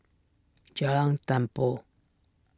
Jalan Tempua